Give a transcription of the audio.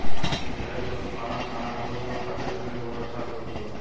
एह तरह के पशुपालन खानाबदोश लोग खातिर धन के बहुत अच्छा स्रोत होला